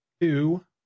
two